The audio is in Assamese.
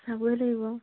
চাব লাগিব